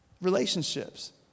Relationships